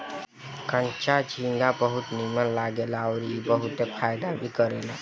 कच्चा झींगा बहुत नीमन लागेला अउरी ई बहुते फायदा भी करेला